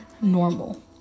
normal